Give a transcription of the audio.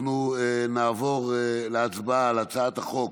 אנחנו נעבור להצבעה על הצעת החוק